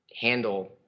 handle –